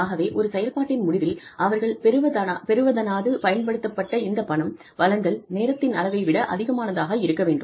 ஆகவே ஒரு செயல்பாட்டின் முடிவில் அவர்கள் பெறுவதானது பயன்படுத்தப்பட்ட இந்த பணம் வளங்கள் நேரத்தின் அளவை விட அதிகமானதாக இருக்க வேண்டும்